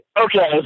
okay